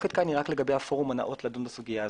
המחלוקת כאן היא רק לגבי הפורום הנאות לדון בסוגיה הזאת.